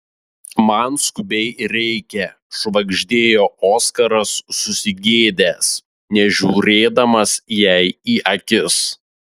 man skubiai reikia švagždėjo oskaras susigėdęs nežiūrėdamas jai į akis